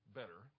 better